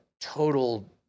total